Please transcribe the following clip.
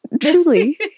Truly